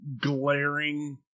glaring